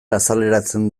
azaleratzen